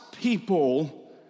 people